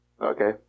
Okay